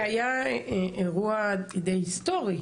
זה היה אירוע די היסטורי,